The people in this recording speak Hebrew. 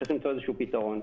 שצריך למצוא איזשהו פתרון.